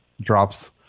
drops